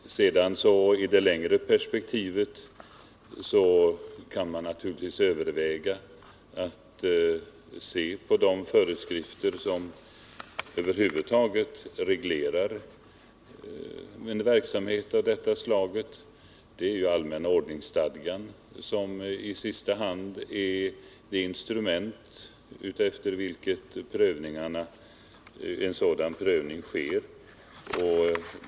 I det längre perspektivet kan man naturligtvis överväga att se på de föreskrifter som över huvud taget reglerar verksamhet av detta slag. Allmänna ordningsstadgan är i sista hand det instrument med vilket en sådan prövning sker.